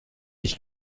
ich